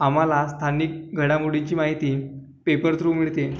आम्हाला स्थानिक घडामोडींची माहिती पेपर थ्रू मिळते